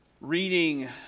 reading